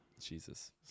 Jesus